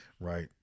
Right